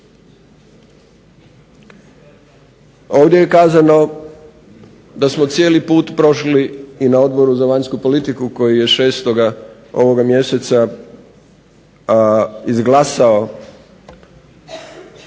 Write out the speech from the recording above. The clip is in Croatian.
Ovdje je kazano da smo cijeli put prošli i na Odboru za vanjsku politiku koji je 6. ovoga mjeseca izglasao